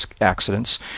accidents